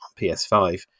ps5